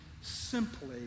simply